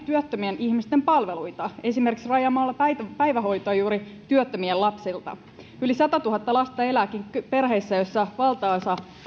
työttömien ihmisten palveluita esimerkiksi rajaamalla päivähoitoa juuri työttömien lapsilta yli satatuhatta lasta elääkin perheissä joista valtaosa